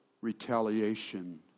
retaliation